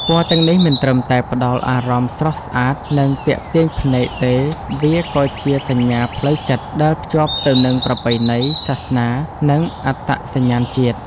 ពណ៌ទាំងនេះមិនត្រឹមតែផ្តល់អារម្មណ៍ស្រស់ស្អាត និងទាក់ទាញភ្នែកទេ វាក៏ជាសញ្ញាផ្លូវចិត្ត ដែលភ្ជាប់ទៅនឹងប្រពៃណី សាសនា និងអត្តសញ្ញាណជាតិ។